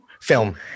film